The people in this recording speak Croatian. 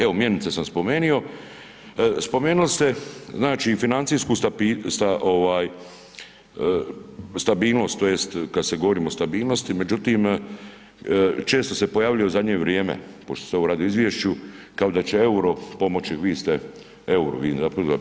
Evo mjenice sam spomenio, spomenuli ste znači financiju stabilnost ovaj stabilnost tj. kad se govorimo o stabilnosti međutim, često se pojavljuje u zadnje vrijeme pošto se ovo radi o izvješću kao da će EUR-o pomoći, vi ste, vi